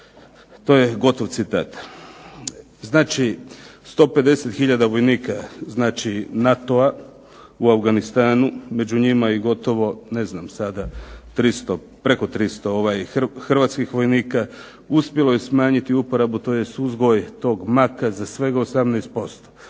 To je gotov citat. Znači, 150 hiljada vojnika znači NATO-a u Afganistanu, među njima i gotovo ne znam sada, 300, preko 300 hrvatskih vojnika uspjelo je smanjiti uporabu, tj. uzgoj tog maka za svega 18%.